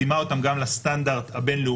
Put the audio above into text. מתאימה אותן גם לסטנדרט הבין-לאומי,